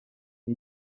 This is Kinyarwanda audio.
com